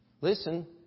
listen